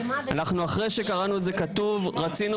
אחרי שקראנו את זה כתוב אנחנו רצינו